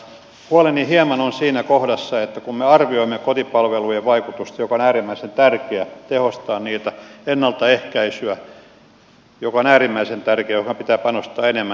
huoleni hieman on siinä kohdassa että kun me arvioimme kotipalvelujen vaikutusta on äärimmäisen tärkeä tehostaa niitä sekä ennaltaehkäisyä joka on äärimmäisen tärkeää ja johon pitää panostaa enemmän